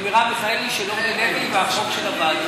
של מרב מיכאלי, של אורלי לוי והחוק של הוועדה.